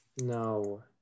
No